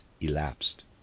elapsed